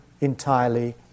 entirely